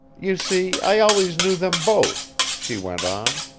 you see, i always knew them both, she went on.